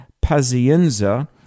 Pazienza